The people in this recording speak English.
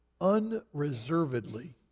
unreservedly